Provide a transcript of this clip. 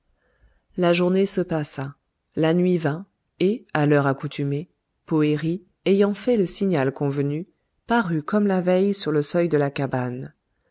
la journée se passa la nuit vint et à l'heure accoutumée poëri ayant fait le signal convenu parut comme la veille sur le seuil de la cabane